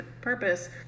purpose